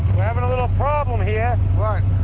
we're having a little problem here. what?